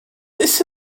this